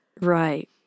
Right